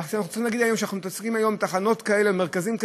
ואנחנו צריכים להגיד שבתחנות כאלה, מרכזים כאלה,